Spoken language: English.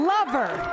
Lover